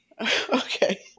Okay